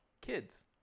Kids